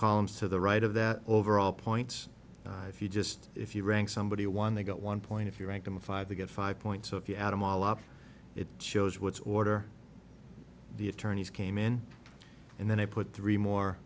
columns to the right of that overall points if you just if you rank somebody one they've got one point if you rank them five they get five points so if you add them all up it shows what order the attorneys came in and then i put three more